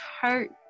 hurt